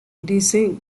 dicen